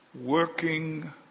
Working